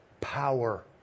power